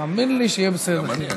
תאמין לי שיהיה בסדר.